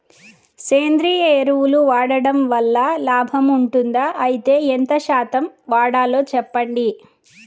సేంద్రియ ఎరువులు వాడడం వల్ల లాభం ఉంటుందా? అయితే ఎంత శాతం వాడాలో చెప్పండి?